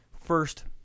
first